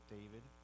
David